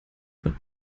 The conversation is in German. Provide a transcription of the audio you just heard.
von